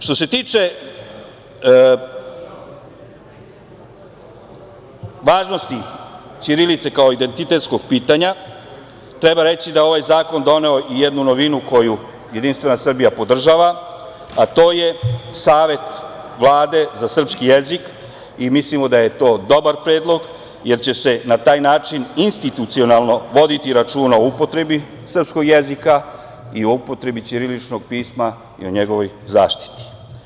Što se tiče važnosti ćirilice kao identitetskoga pitanja, treba reći da je ovaj zakon doneo i jednu novinu koju JS podržava, a to je Savet Vlade za srpski jezik i mi mislimo da je to dobar predlog jer će se na taj način institucionalno voditi računa o upotrebi srpskog jezika i o upotrebi ćiriličnog pisma i o njegovoj zaštiti.